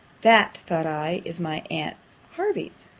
that, thought i, is my aunt hervey's!